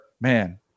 man